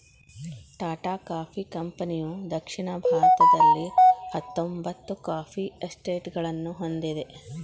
Tata coffee ಕಂಪನಿಯುದಕ್ಷಿಣ ಭಾರತದಲ್ಲಿಹತ್ತೊಂಬತ್ತು coffee ಎಸ್ಟೇಟ್ಗಳನ್ನು ಹೊಂದಿದೆ